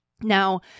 Now